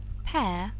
pare,